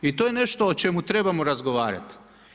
I to je nešto o čemu trebamo razgovarati.